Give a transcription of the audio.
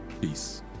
Peace